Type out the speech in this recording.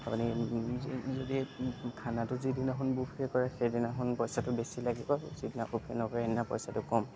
আপুনি যদি খানাটো যিদিনাখন বুফে কৰে সেইদিনাখন পইচাটো বেছি লাগিব আৰু যিদিনা বুফে নকৰে সেইদিনা পইচাটো কম